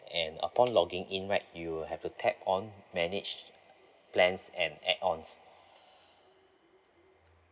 and upon logging in right you will have to tap on manage plans and add ons